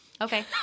Okay